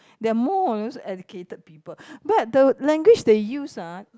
they're more of those educated people but the language they use ah